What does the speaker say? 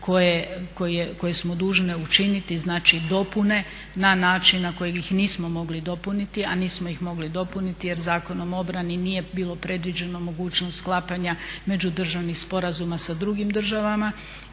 koje smo dužni učiniti znači dopune na način na koje ih nismo mogli dopuniti, a nismo ih mogli dopuniti jer Zakonom o obrani nije bilo predviđeno mogućnost sklapanja međudržavnih sporazuma sa drugim državama.